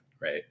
right